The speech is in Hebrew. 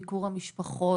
ביקור המשפחות.